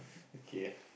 okay